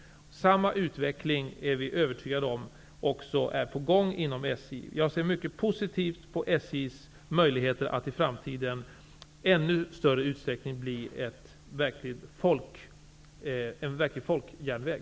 Vi är övertygade om att samma utveckling också är på gång inom SJ. Jag ser mycket positivt på SJ:s möjligheter att i framtiden i ännu större utsträckning bli ett verkligt folkjärnvägsföretag.